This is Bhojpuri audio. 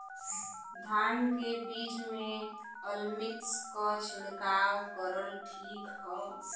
धान के बिज में अलमिक्स क छिड़काव करल ठीक ह?